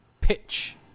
pitch